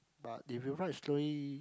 but if you write slowly